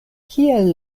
kiel